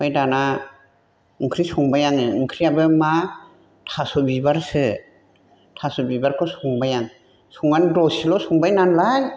ओमफाय दाना ओंख्रि संबाय आङो ओंख्रियाबो मा थास' बिबारसो थास' बिबारखौ संबाय आं संनानै दसेल' संबायनालाय